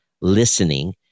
listening